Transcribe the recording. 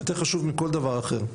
יותר חשוב מכל דבר אחר.